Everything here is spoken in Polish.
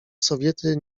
sowiety